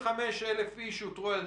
בסוף הבירור יוחלט האם ייכנס או לא